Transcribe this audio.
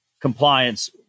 compliance